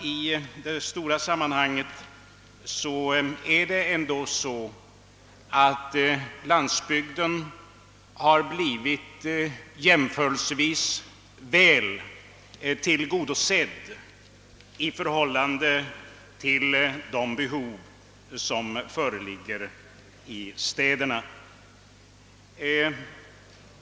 I det stora sammanhanget har dock landsbygden blivit jämförelsevis väl tillgodosedd i förhållande till städerna.